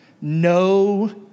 No